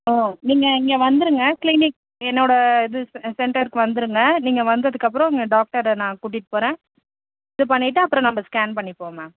ம் நீங்கள் இங்கே வந்துருங்க கிளீனிக் என்னோட இது செ சென்ட்ர்க்கு வந்துருங்க நீங்கள் வந்ததுக்கப்புறம் உங்கள டாக்டர்கிட்ட நான் கூட்டிகிட்டு போகிறேன் இது பண்ணிவிட்டு அப்புறம் நம்ப ஸ்கேன் பண்ணிப்போம் மேம்